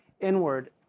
inward